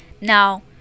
Now